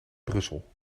brussel